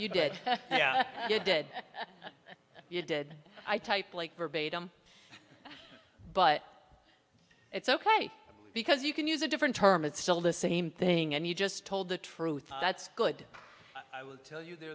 you did you did you did i type like verbatim but it's ok because you can use a different term it's still the same thing and you just told the truth that's good i will tell you